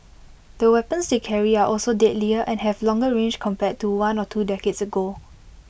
the weapons they carry are also deadlier and have longer range compared to one or two decades ago